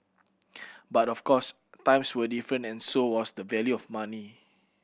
but of course times were different and so was the value of money